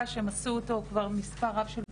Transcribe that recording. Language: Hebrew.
שהם עשו אותו כבר מספר רב של פעימות,